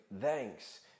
thanks